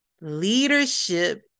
leadership